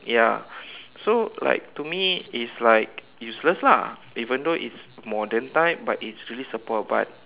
ya so like to me it's like useless lah even though it's modern type but it's really support but